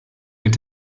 mit